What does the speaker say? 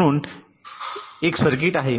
म्हणून येथे एक सर्किट आहे